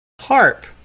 harp